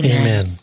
Amen